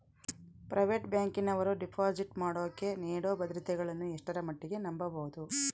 Private ಬ್ಯಾಂಕಿನವರು deposit ಮಾಡೋಕೆ ನೇಡೋ ಭದ್ರತೆಗಳನ್ನು ಎಷ್ಟರ ಮಟ್ಟಿಗೆ ನಂಬಬಹುದು?